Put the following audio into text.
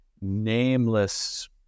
nameless